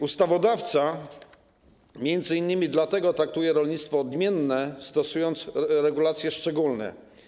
Ustawodawca m.in. dlatego traktuje rolnictwo odmiennie, stosując regulacje szczególne.